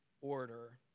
order